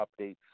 updates